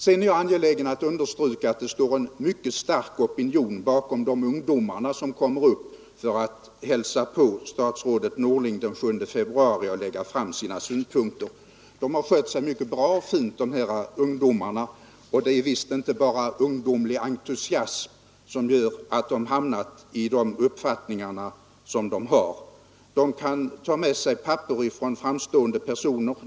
Sedan är jag angelägen att understryka att det står en mycket stark opinion bakom de ungdomar som den 7 februari kommer upp för att hälsa på statsrådet Norling och lägga fram sina synpunkter. De har skött sig mycket bra och fint, och det är visst inte bara ungdomlig entusiasm som gör att de har hamnat i sina uppfattningar. De kan ta med sig papper från framstående personer.